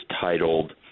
titled